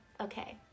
okay